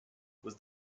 was